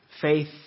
Faith